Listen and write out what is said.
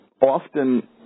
often